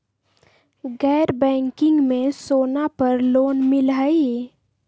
गैर बैंकिंग में सोना पर लोन मिलहई?